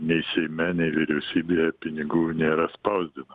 nei seime nei vyriausybėje pinigų nėra spausdina